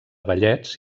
ballets